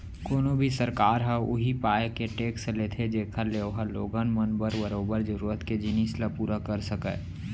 कोनो भी सरकार ह उही पाय के टेक्स लेथे जेखर ले ओहा लोगन मन बर बरोबर जरुरत के जिनिस ल पुरा कर सकय